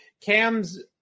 Cam's